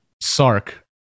Sark